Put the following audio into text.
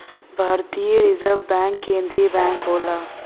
भारतीय reserve bank केन्द्रीय bank होला